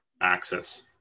access